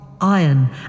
iron